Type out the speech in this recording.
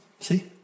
See